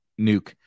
Nuke